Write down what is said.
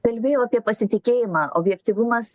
kalbėjau apie pasitikėjimą objektyvumas